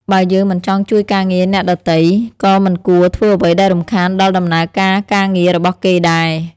បើយើងមិនចង់ជួយការងារអ្នកដទៃ ក៏មិនគួរធ្វើអ្វីដែលរំខានដល់ដំណើរការការងាររបស់គេដែរ។